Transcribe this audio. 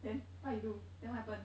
then what you do then what happen